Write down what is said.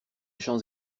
champs